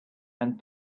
and